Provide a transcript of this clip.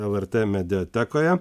el er tė mediatekoje